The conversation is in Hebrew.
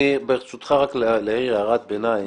אני, ברשותך, רק אעיר הערת ביניים: